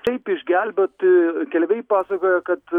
taip išgelbėti keleiviai pasakoja kad